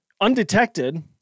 undetected